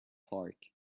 park